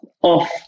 off